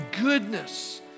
goodness